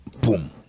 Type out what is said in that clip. boom